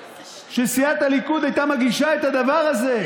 שסיעת הליכוד הייתה מגישה את הדבר הזה?